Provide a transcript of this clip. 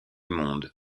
monde